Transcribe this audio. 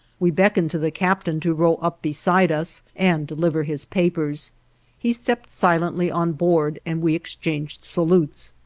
we beckoned to the captain to row up beside us and deliver his papers he stepped silently on board, and we exchanged salutes.